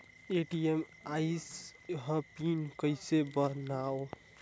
ATM आइस ह PIN कइसे बनाओ?